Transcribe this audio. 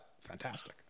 fantastic